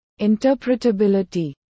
interpretability